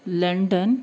London